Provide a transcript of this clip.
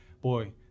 boy